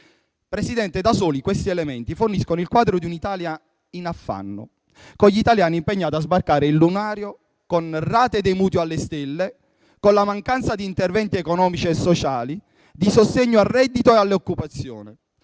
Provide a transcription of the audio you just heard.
industriale. Da soli, questi elementi forniscono il quadro di un'Italia in affanno, con gli italiani impegnati a sbarcare il lunario con le rate dei mutui alle stelle e la mancanza di interventi economici e sociali di sostegno al reddito e all'occupazione: